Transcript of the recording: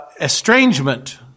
estrangement